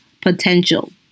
potential